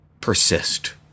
persist